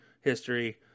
history